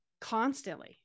Constantly